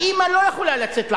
האמא לא יכולה לצאת לעבודה.